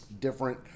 different